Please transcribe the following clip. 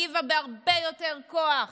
הגיבה בהרבה יותר כוח